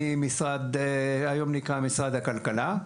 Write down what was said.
ממשרד שהיום נקרא משרד הכלכלה,